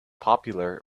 popular